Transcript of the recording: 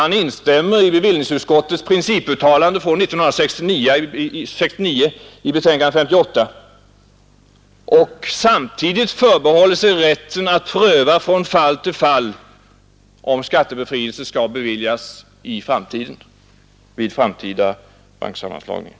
Han instämmer i bevillningsutskottets principuttalande från 1969 i betänkandet nr 58 och förbehåller sig samtidigt rätten att pröva från fall till fall om skattebefrielse skall beviljas vid framtida banksammanslagningar.